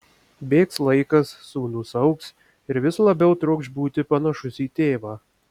bėgs laikas sūnus augs ir vis labiau trokš būti panašus į tėvą